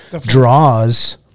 draws